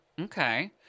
okay